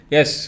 Yes